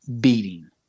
beating